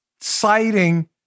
citing